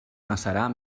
macerar